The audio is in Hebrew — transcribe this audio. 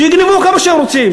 שיגנבו כמה שהם רוצים,